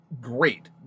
great